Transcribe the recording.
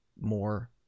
more